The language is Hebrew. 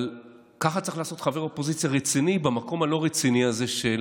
אבל ככה צריך לעשות חבר אופוזיציה רציני במקום הלא-רציני הזה של